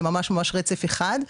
זה ממש רצף אחד.